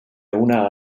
una